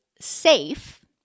safe